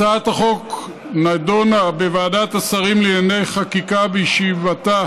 הצעת החוק נדונה בוועדת השרים לענייני חקיקה בישיבתה